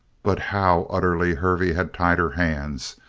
but how utterly hervey had tied her hands!